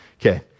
Okay